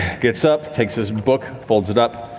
gets up, takes his book, folds it up,